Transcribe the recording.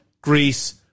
Greece